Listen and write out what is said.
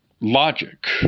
logic